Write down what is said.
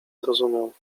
zrozumiał